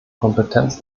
kompetenz